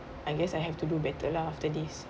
I guess I have to do better lah after this